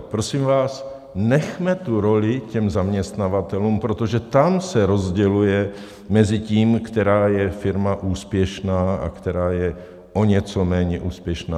Prosím vás, nechme tu roli těm zaměstnavatelům, protože tam se rozděluje mezi tím, která firma je úspěšná a která je o něco méně úspěšná.